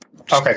Okay